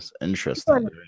interesting